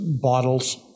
bottles